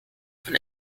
von